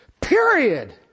Period